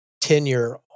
tenure